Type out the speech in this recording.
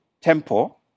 temple